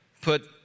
put